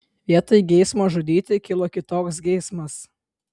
vietoj geismo žudyti kilo kitoks geismas